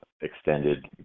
extended